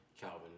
Calvin